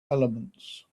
elements